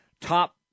top